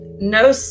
no